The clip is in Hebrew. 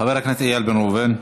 חבר הכנסת איל בן ראובן,